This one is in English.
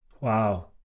Wow